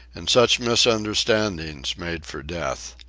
and such misunderstandings made for death.